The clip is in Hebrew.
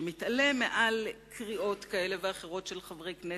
שמתעלה מעל קריאות כאלה ואחרות של חברי כנסת,